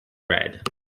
red